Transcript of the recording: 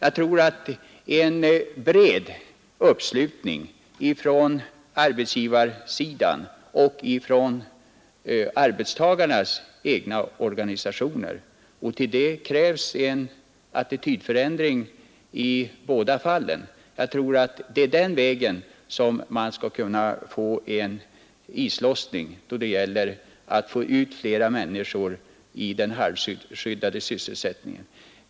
Genom en bred uppslutning från arbetsgivarsidan och ifrån arbetstagarnas egna organisationer och en attitydförändring i båda fallen borde man kunna få en islossning då det gäller att få in flera människor i den halvskyddade sysselsättningen.